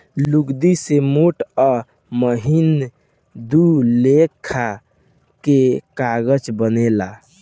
लुगदी से मोट आ महीन दू लेखा के कागज बनेला